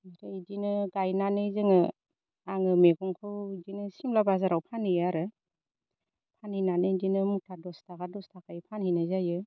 ओमफाय इदिनो गायनानै जोङो आङो मैगंखौ बिदिनो सिमला बाजाराव फानहैयो आरो फानहैनानै इदिनो मुथा दस थाखा दस थाखायै फानहैनाय जायो